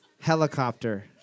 Helicopter